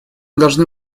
должны